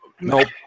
Nope